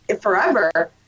Forever